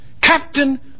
Captain